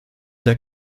der